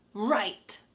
right.